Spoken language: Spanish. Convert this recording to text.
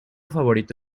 favorito